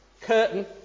curtain